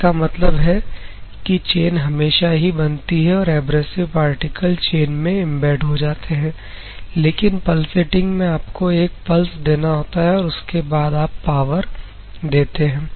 इसका मतलब है कि चैन हमेशा ही बनती है और एब्रेसिव पार्टिकल चैन में एंबेड हो जाते हैं लेकिन पलसेटिंग में आपको एक पल्स देना होता है और उसके बाद आप पावर देते हैं